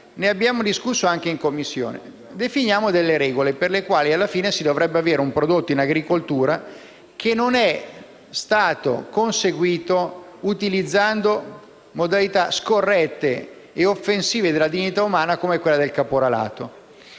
Ne abbiamo discusso anche in Commissione: definiamo delle regole per le quali si dovrebbe avere un prodotto in agricoltura che non è stato conseguito utilizzando modalità scorrette e offensive della dignità umana come quelle del caporalato.